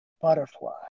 Butterfly